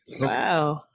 wow